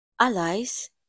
allies